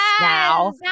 now